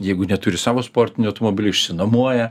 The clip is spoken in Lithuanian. jeigu neturi savo sportinių automobilių išsinuomoję